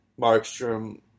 Markstrom